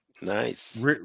Nice